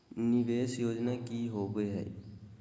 निवेस योजना की होवे है?